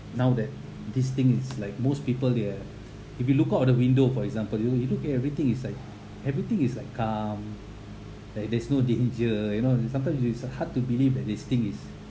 now that this thing it's like most people here if you look out of the window for example you you look at everything is like everything is like calm like there's no danger you know that sometimes it's hard to believe that this thing is